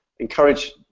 encourage